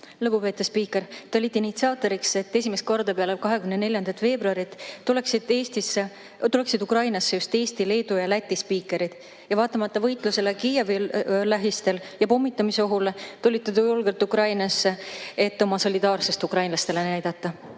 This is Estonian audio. Lugupeetud spiiker, te olite initsiaatoriks, et esimest korda peale 24. veebruari tuleksid Ukrainasse just Eesti, Leedu ja Läti spiikrid, ning vaatamata võitlusele Kiievi lähistel ja pommitamisohule tulite te julgelt Ukrainasse, et näidata ukrainlastele oma